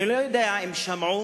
אני לא יודע אם שמעו